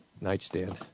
nightstand